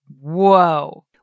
Whoa